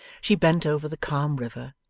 she bent over the calm river,